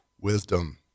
wisdom